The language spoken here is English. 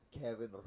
Kevin